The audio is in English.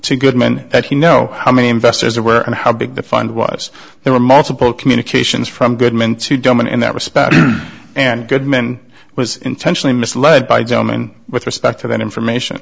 to goodman that he know how many investors are where and how big the fund was there were multiple communications from goodman to dominate in that respect and goodman was intentionally misled by gentleman with respect to that information